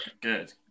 Good